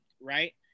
right